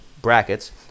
brackets